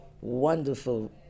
wonderful